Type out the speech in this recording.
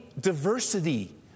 diversity